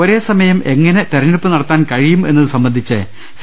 ഒരേസമയം എങ്ങനെ തിരഞ്ഞെടുപ്പ് നടത്താൻ കഴിയും എന്നത് സംബന്ധിച്ച് സി